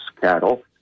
cattle